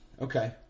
Okay